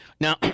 Now